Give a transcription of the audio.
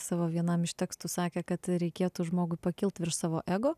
savo vienam iš tekstų sakė kad reikėtų žmogui pakilt virš savo ego